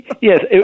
Yes